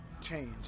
change